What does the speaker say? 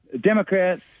Democrats